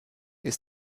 ist